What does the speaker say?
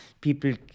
People